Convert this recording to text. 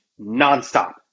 nonstop